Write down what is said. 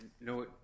no